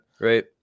right